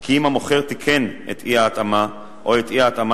כי אם המוכר תיקן את אי-ההתאמה או את אי-ההתאמה